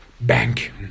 bank